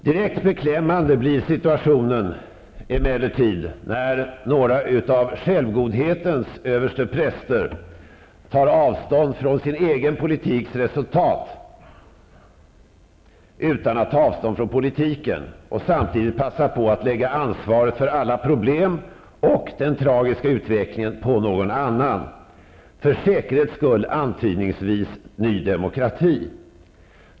Direkt beklämmande blir situationen emellertid när några av självgodhetens överstepräster tar avstånd från sin egen politiks resultat utan att ta avstånd från politiken och samtidigt passar på att lägga ansvaret för alla problem och den tragiska utvecklingen på någon annan -- för säkerhets skull, antydningsvis Ny Demokrati.